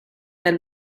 del